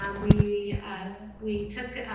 um we ah we took